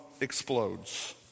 explodes